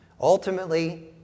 Ultimately